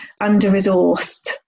under-resourced